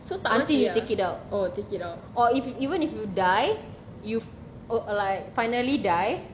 until you take it out or if you even if you die you are like finally die